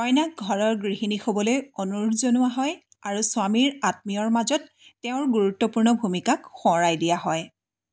কইনাক ঘৰৰ গৃহিণী হ'বলৈ অনুৰোধ জনোৱা হয় আৰু স্বামীৰ আত্মীয়ৰ মাজত তেওঁৰ গুৰুত্বপূৰ্ণ ভূমিকাক সোঁৱৰাই দিয়া হয়